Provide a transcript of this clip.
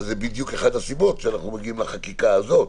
וזאת בדיוק אחת הסיבות שאנחנו מגיעים לחקיקה הזאת.